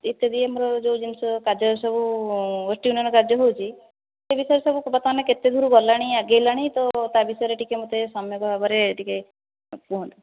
ଇତ୍ୟାଦି ଆମର ଯେଉଁ ଜିନିଷ କାର୍ଯ୍ୟ ସବୁ ୱେଷ୍ଟ ୟୁନିୟନ କାର୍ଯ୍ୟ ହେଉଛି ସେ ବିଷୟରେ ସବୁ ବର୍ତ୍ତମାନ କେତେ ଦୂର ଗଲାଣି ଆଗେଇଲାଣି ତ ତା ବିଷୟରେ ଟିକେ ମୋତେ ସମ୍ୟକ ଭାବରେ ଟିକେ କୁହନ୍ତୁ